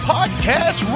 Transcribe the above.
Podcast